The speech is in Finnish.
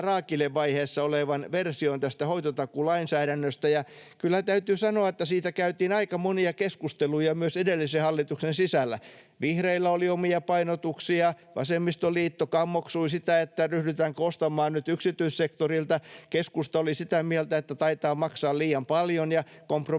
raakilevaiheessa olevan version tästä hoitotakuulainsäädännöstä, ja kyllä täytyy sanoa, että siitä käytiin aika monia keskusteluja myös edellisen hallituksen sisällä. Vihreillä oli omia painotuksia. Vasemmistoliitto kammoksui sitä, ryhdytäänkö ostamaan nyt yksityissektorilta. Keskusta oli sitä mieltä, että taitaa maksaa liian paljon. Kompromissihan